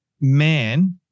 man